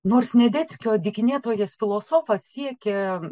nors snedeckio dykinėtojas filosofas siekia